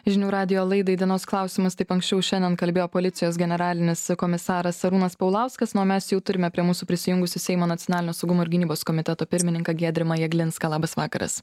žinių radijo laidai dienos klausimas taip anksčiau šiandien kalbėjo policijos generalinis komisaras arūnas paulauskas na o mes jau turime prie mūsų prisijungusį seimo nacionalinio saugumo ir gynybos komiteto pirmininką giedrimą jeglinską labas vakaras